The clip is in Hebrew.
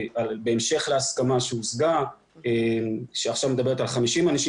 בהמשך להסכמה שהושגה שעכשיו מדברת על 50 אנשים